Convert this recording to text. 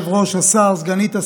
השר, השר הגיע.